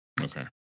Okay